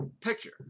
picture